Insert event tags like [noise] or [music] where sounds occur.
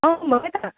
आउनु [unintelligible]